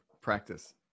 practice